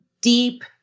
deep